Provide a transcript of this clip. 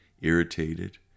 Irritated